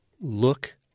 look